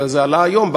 וזה עלה היום,